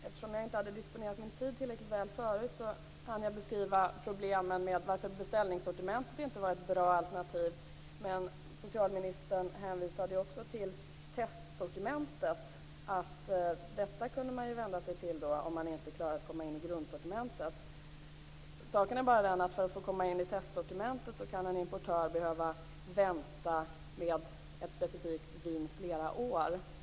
Eftersom jag inte disponerade min tid tillräckligt väl i mitt förra inlägg hann jag inte beskriva varför beställningssortimentet inte är ett bra alternativ. Socialministern hänvisade till att man kan vända sig till testsortimentet om man inte klarar att komma in i grundsortimentet. Saken är bara den att för att komma in i testsortimentet kan en importör behöva vänta med ett specifikt vin i flera år.